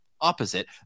opposite